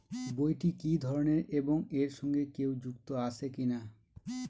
বইটি কি ধরনের এবং এর সঙ্গে কেউ যুক্ত আছে কিনা?